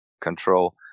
control